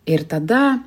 ir tada